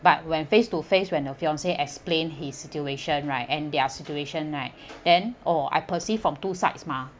but when face to face when the fiance explained his situation right and their situation right then oh I perceived from two sides mah